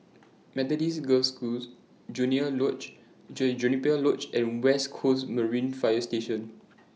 Methodist Girls' School Junior Lodge Juniper Lodge and West Coast Marine Fire Station